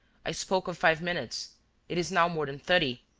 i spoke of five minutes it is now more than thirty.